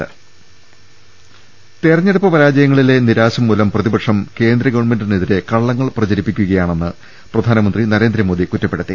രുട്ടിട്ടിട്ടിട തെരഞ്ഞെടുപ്പ് പരാജയങ്ങളിലെ നിരാശമൂലം പ്രതിപക്ഷം കേന്ദ്ര ഗവൺമെന്റിനെതിരെ കള്ളങ്ങൾ പ്രചരിപ്പിക്കുകയാണ്ടെന്ന് പ്രധാനമന്ത്രി നരേ ന്ദ്രമോദി കുറ്റപ്പെടുത്തി